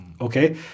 okay